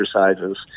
exercises